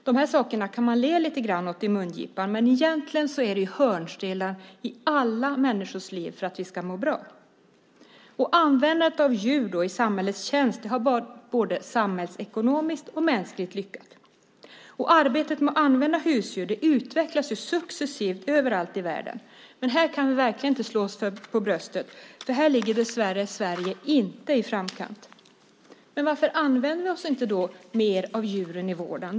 De här sakerna kan man le lite grann åt, men egentligen är det hörnstenar i alla människors liv för att vi ska må bra. Användandet av djur i samhällets tjänst har varit både samhällsekonomiskt och mänskligt lyckat. Arbetet med att använda husdjur utvecklas successivt överallt i världen, men här kan vi verkligen inte slå oss för bröstet - här ligger Sverige dessvärre inte i framkant. Varför använder vi oss då inte mer av djuren i vården?